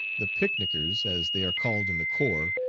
the picnicers, as they are called in the corps,